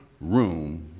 room